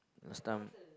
last time